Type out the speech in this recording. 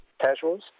Casuals